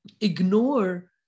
ignore